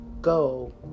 go